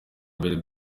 mbere